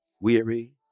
weary